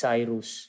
Cyrus